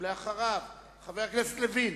אחריו, חבר הכנסת לוין,